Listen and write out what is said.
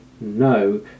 no